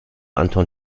anton